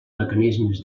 mecanismes